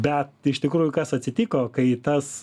bet iš tikrųjų kas atsitiko kai tas